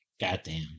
Goddamn